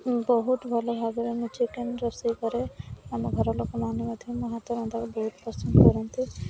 ବହୁତ ଭଲ ଭାବରେ ମୁଁ ଚିକେନ୍ ରୋଷେଇ କରେ ଆମ ଘର ଲୋକମାନେ ମଧ୍ୟ ମୋ ହାତ ରନ୍ଧାକୁ ବହୁତ ପସନ୍ଦ କରନ୍ତି